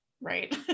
right